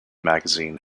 magazine